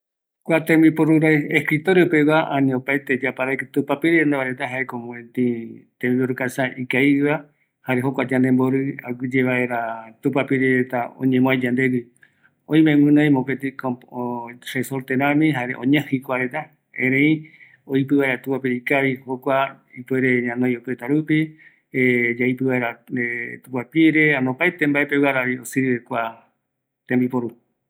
﻿Kua tembiporu rai escritorio pegua, ani opaete yaparaiki tupapire ndieva reta jaeko mopeti tembiporu kacha ikavigueva, jare jokua yande mbori, aguiye vaera tupapire reta oñemoai yandegui, oime guinoi mopeti komo resorte ramii jare oñejii kua reta erei, erei oipi v aera tupapire ikavi jokua ñanoi oipota rupi, opaetre mbae peguravi osirive jua tembiu